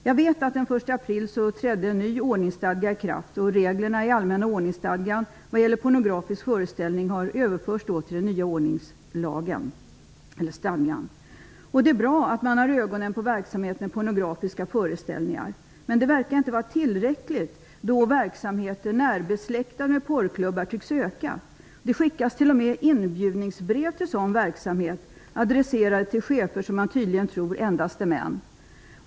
Jag vet att en ny ordningslag trädde i kraft den 1 Det är bra att man har ögonen på verksamhet som innefattar pornografiska föreställningar. Men det verkar inte vara tillräckligt, eftersom verksamheter som är närbesläktade med porrklubbar tycks öka. Det skickas t.o.m. inbjudningsbrev till chefer. Man tror tydligen att chefer endast är män.